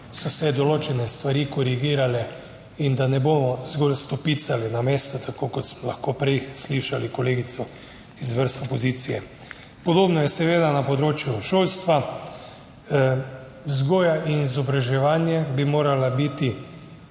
so se določene stvari korigirale, in da ne bomo zgolj stopicali na mesto, tako kot smo lahko prej slišali kolegico iz vrst opozicije. Podobno je seveda na področju šolstva. Vzgoja in izobraževanje bi morala biti